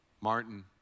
Martin